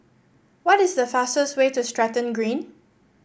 what is the fastest way to Stratton Green